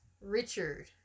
Richard